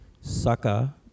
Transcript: Saka